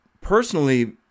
personally